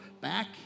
Back